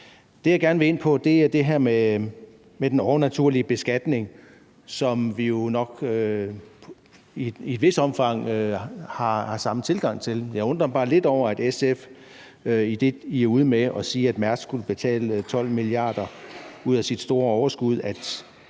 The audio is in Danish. Det, jeg gerne vil ind på, er det med den overnaturlige beskatning, som vi jo nok i et vist omfang har samme tilgang til. Jeg undrer mig bare lidt over SF, når I er ude at sige, at Mærsk skulle betale 12 mia. kr. ud af sit store overskud,